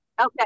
Okay